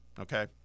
okay